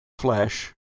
flesh